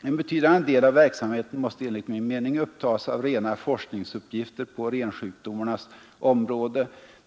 En betydande del av verksamheten måste enligt min mening upptas av rena forskningsuppgifter på rensjukdomarnas område.